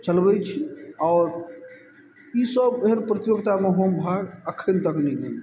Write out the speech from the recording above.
चलबय छी आओर ई सब एहन प्रतियोगितामे हम भाग अखन तक नहि लेने छी